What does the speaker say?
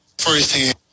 first-hand